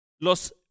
los